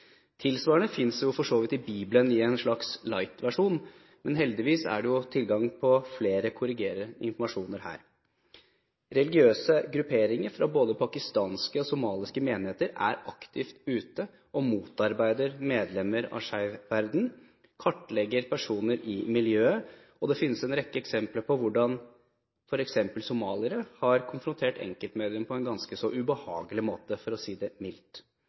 Tilsvarende finnes jo for så vidt i Bibelen i en slags light-versjon. Men heldigvis er det tilgang på korrigerende informasjon her. Religiøse grupperinger fra både pakistanske og somaliske menigheter er aktivt ute og motarbeider medlemmer av Skeiv Verden – kartlegger personer i miljøet. Det finnes en rekke eksempler på hvordan f.eks. somaliere har konfrontert enkeltmedlemmer på en ganske ubehagelig måte – for å si det mildt